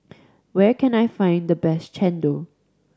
where can I find the best chendol